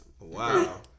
Wow